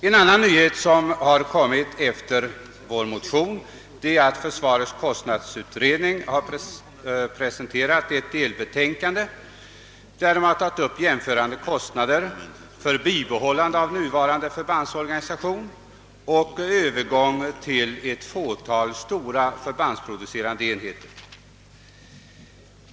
En annan nyhet som har kommit efter det att vi väckte vår motion är att försvarets kostnadsutredning har presenterat ett delbetänkande vari man jämfört kostnaderna för bibehållande av nuvarande förbandsorganisation och kostnaderna för övergång till ett fåtal stora förbandsproducerande enheter.